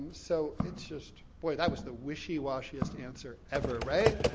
so it's just, boy, that was the wishy-washiest answer ever, right?